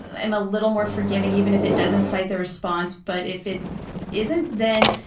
i'm a little more forgiving, even if it does incite the response, but if it isn't, then,